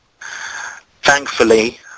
Thankfully